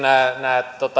nämä